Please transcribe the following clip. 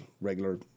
regular